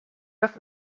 das